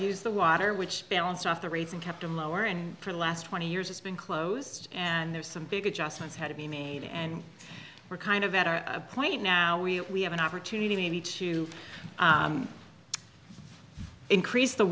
use the water which balance off the rates and kept on lower and for the last twenty years it's been closed and there's some big adjustments had to be made and we're kind of at a point now we have an opportunity to increase the